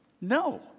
No